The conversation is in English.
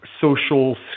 social